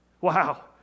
Wow